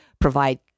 provide